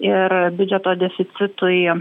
ir biudžeto deficitui